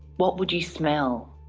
what would you smell?